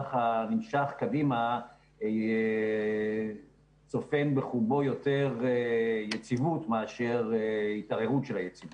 שהטווח הנמשך קדימה צופן בחובו יותר יציבות מאשר התערערות של היציבות.